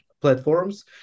platforms